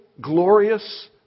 glorious